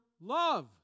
love